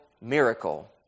miracle